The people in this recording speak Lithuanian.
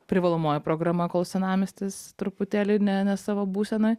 privalomoji programa kol senamiestis truputėlį ne ne savo būsenoj